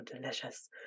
delicious